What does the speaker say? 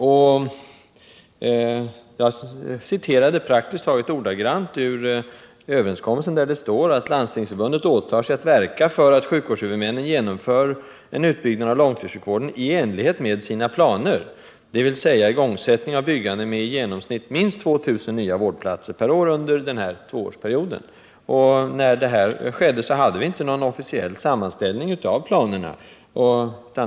Jag citerade praktiskt taget ordagrant ur överenskommelsen, där det står att Landstingsförbundet åtar sig att verka för att sjukvårdshuvudmännen genomför en utbyggnad av långtidssjukvården i enlighet med sina planer, dvs. igångsättning av byggande med i genomsnitt minst 2 000 nya vårdplatser per år under den här tvåårsperioden. När överenskommelsen träffades hade vi inte någon officiell sammanställning av planerna.